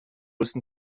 größten